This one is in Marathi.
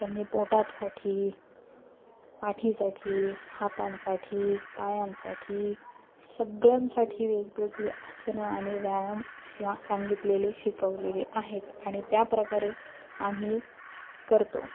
त्यांनी पोटासाठी पाठीसाठी हातांसाठी पायांसाठी सगळ्यांसाठी वेगवेगळी आसनं आणि व्यायाम शि सांगितलेले शिकवलेले आहेत आणि त्याप्रकारे आम्ही करतो